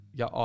ja